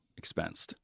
expensed